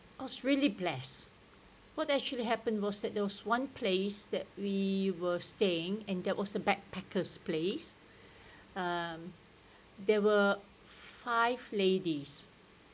I was really bless what actually happened was that there was one place that we were staying and that was the backpackers place um there were five ladies